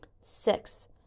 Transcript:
Six